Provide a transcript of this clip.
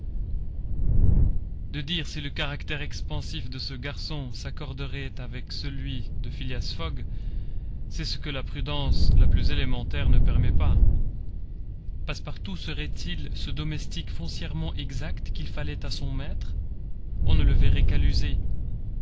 de dire si le caractère expansif de ce garçon s'accorderait avec celui de phileas fogg c'est ce que la prudence la plus élémentaire ne permet pas passepartout serait-il ce domestique foncièrement exact qu'il fallait à son maître on ne le verrait